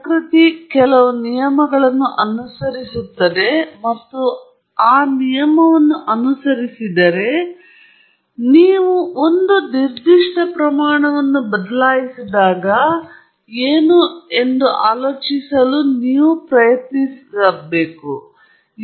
ಪ್ರಕೃತಿ ಕೆಲವು ನಿಯಮಗಳನ್ನು ಅನುಸರಿಸುತ್ತದೆ ಮತ್ತು ಅದು ಆ ನಿಯಮವನ್ನು ಅನುಸರಿಸಿದರೆ ನೀವು ಒಂದು ನಿರ್ದಿಷ್ಟ ಪ್ರಮಾಣವನ್ನು ಬದಲಾಯಿಸಿದಾಗ ಏನು ಆಲೋಚಿಸಬಹುದು ಎಂದು ಹೇಳಲು ನೀವು ಪ್ರಯತ್ನಿಸುವಿರಿ